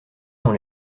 dans